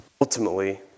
ultimately